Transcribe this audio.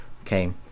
okay